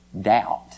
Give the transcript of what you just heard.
doubt